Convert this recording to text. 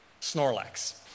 Snorlax